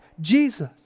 Jesus